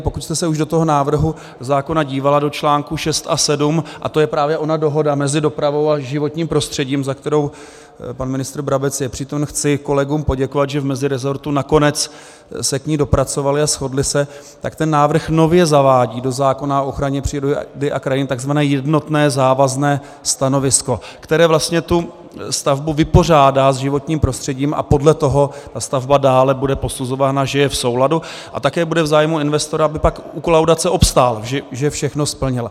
Pokud jste se už do toho návrhu zákona dívala, do čl. 6 a 7, a to je právě ona dohoda mezi dopravou a životním prostředím, za kterou pan ministr Brabec je přítomen chci kolegům poděkovat, že v mezirezortu nakonec se k ní dopracovali a shodli se, tak ten návrh nově zavádí do zákona o ochraně přírody a krajiny tzv. jednotné závazné stanovisko, které vlastně tu stavbu vypořádá s životním prostředím, a podle toho ta stavba dále bude posuzována, že je v souladu, a také bude v zájmu investora, aby pak u kolaudace obstál, že všechno splnil.